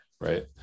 right